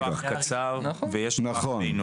נגיד בנק ישראל פרופ’ אמיר ירון: יש טווח קצר ויש טווח בינוני.